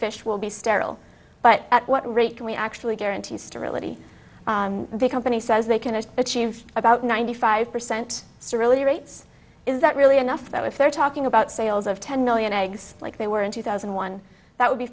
fish will be sterile but at what rate can we actually guarantee sterility the company says they can achieve about ninety five percent surreality rates is that really enough that if they're talking about sales of ten million eggs like they were in two thousand and one that would be